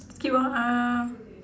skip lor uh